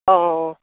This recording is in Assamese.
অঁ